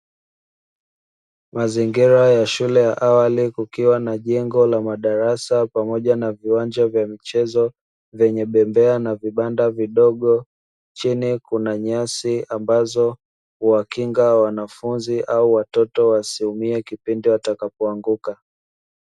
Mazingira ya shule ya awali kukiwa na jengo la madarasa pamoja na viwanja vya michezo vyenye bembea na vibanda vidogo, chini kuna nyasi ambazo huwakinga wanafunzi au watoto wasiumie kipindi watakapo anguka.